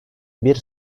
bir